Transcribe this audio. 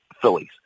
Phillies